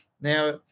Now